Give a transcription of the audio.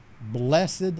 blessed